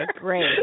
great